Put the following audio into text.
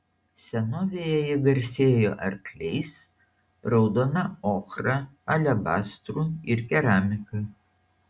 senovėje ji garsėjo arkliais raudona ochra alebastru ir keramika